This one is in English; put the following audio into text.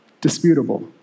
Disputable